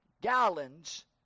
gallons